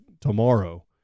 tomorrow